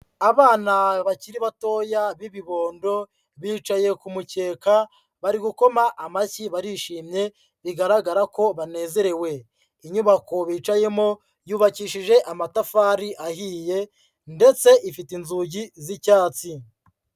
Abana bakiri batoya b'ibibondo, bicaye ku mukeka, bari gukoma amashyi, barishimye bigaragara ko banezerewe. Inyubako bicayemo yubakishije amatafari ahiye ndetse ifite inzugi z'icyatsi.